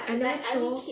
never throw